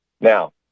Now